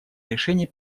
решений